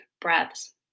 breaths